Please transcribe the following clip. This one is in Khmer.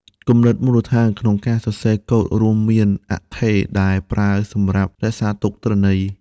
គំនិតមូលដ្ឋានក្នុងការសរសេរកូដរួមមាន អថេរ ដែលប្រើសម្រាប់រក្សាទុកទិន្នន័យ។